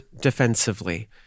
defensively